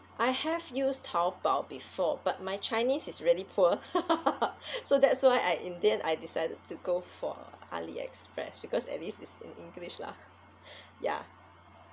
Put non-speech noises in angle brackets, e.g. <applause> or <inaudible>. I have used taobao before but my chinese is really poor <laughs> so that's why I in the end I decided to go for aliexpress because at least it's in english lah ya